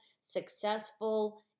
successful